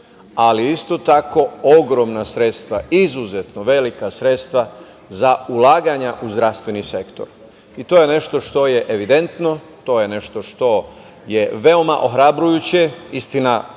ali isto tako ogromna sredstva, izuzetno velika sredstva za ulaganja u zdravstveni sektor. To je nešto što je evidentno, to je nešto što je veoma ohrabrujuće. Istina,